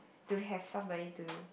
to have somebody to